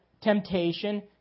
temptation